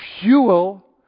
fuel